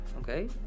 okay